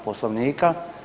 Poslovnika.